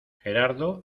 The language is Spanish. gerardo